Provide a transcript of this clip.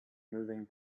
moving